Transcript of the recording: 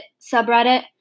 subreddit